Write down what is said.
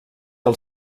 del